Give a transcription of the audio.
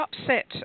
upset